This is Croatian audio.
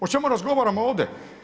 O čemu razgovaramo ovdje?